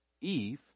Eve